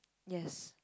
yes